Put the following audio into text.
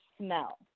smell